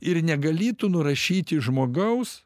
ir negali tu nurašyti žmogaus